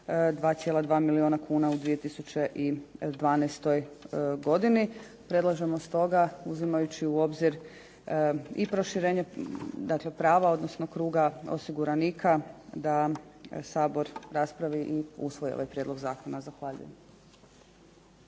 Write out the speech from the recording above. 2,2 milijuna kuna u 2012. godini. Predlažemo stoga uzimajući u obzir i proširenje dakle prava odnosno kruga osiguranika da Sabor raspravi i usvoji ovaj prijedlog zakona. Zahvaljujem.